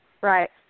Right